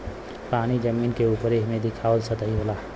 पानी जमीन के उपरे से दिखाला सतही होला